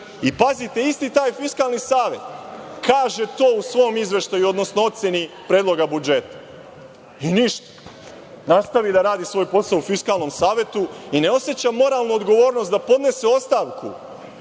isti taj Fiskalni savet kaže to u svom izveštaju, odnosno oceni predloga budžeta – i ništa, nastavi da radi svoj posao u Fiskalnom savetu i ne oseća moralnu odgovornost da podnese ostavku